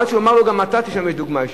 עד שהוא אמר לו: גם אתה תשמש דוגמה אישית.